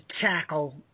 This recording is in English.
tackle